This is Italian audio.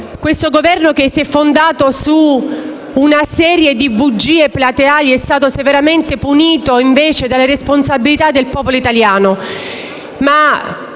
Grazie